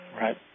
Right